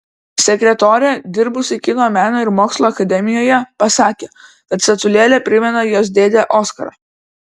sekretorė dirbusi kino meno ir mokslo akademijoje pasakė kad statulėlė primena jos dėdę oskarą